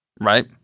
right